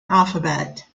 alphabet